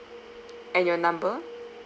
and your number